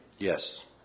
Yes